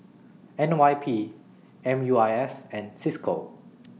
N Y P M U I S and CISCO